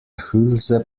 hülse